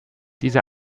diese